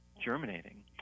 germinating